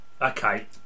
okay